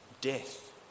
death